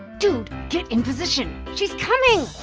dude, get in position. she's coming.